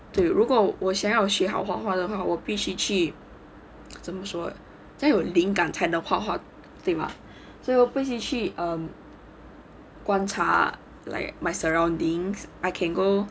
对如果我想要学好画画的话我必须去怎么说要有灵感才能画画对吗最后不停去 um 观察 like my surroundings I can go